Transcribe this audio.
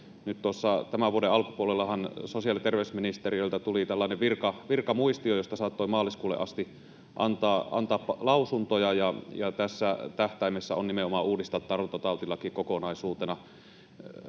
tämän vuoden alkupuolellahan sosiaali‑ ja terveysministeriöltä tuli tällainen virkamuistio, josta saattoi maaliskuulle asti antaa lausuntoja. Tässä on tähtäimessä nimenomaan uudistaa tartuntatautilaki kokonaisuutena.